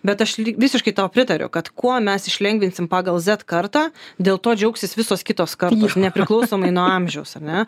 bet aš lyg visiškai tau pritariu kad kuo mes išlengvinsim pagal zed kartą dėl to džiaugsis visos kitos kartos nepriklausomai nuo amžiaus ar ne